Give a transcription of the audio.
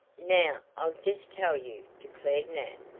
now, i'll just tell you, declared nat.